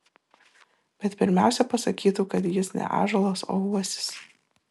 bet pirmiausia pasakytų kad jis ne ąžuolas o uosis